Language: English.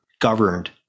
governed